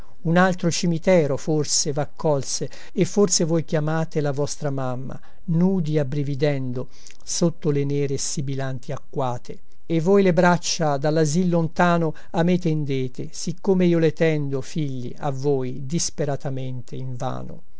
un altro cimitero forse vaccolse e forse voi chiamate la vostra mamma nudi abbrividendo sotto le nere sibilanti acquate e voi le braccia dallasil lontano a me tendete siccome io le tendo figli a voi disperatamente invano